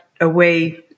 away